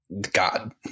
God